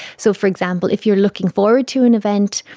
so, for example, if you are looking forward to an event,